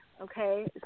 okay